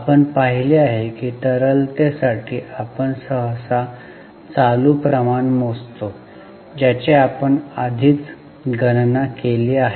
आपण पाहिले आहे की तरलतेसाठी आपण सहसा चालू प्रमाण मोजतो ज्याची आपण आधीच गणना केली आहे